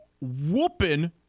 whooping